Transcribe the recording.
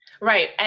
Right